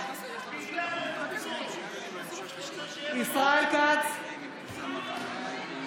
בשמות חברי הכנסת)